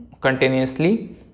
continuously